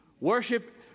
Worship